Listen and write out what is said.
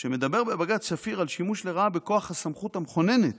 שמדבר בבג"ץ שפיר על שימוש לרעה בכוח הסמכות המכוננת,